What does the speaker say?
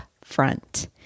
front